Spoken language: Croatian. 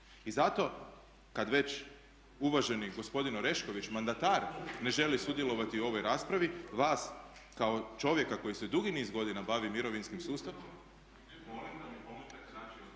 I zato kad već uvaženi gospodin Orešković mandatar ne želi sudjelovati u ovoj raspravi vas kao čovjeka koji se dugi niz godina bavi mirovinskim sustavom